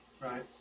Right